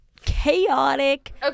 chaotic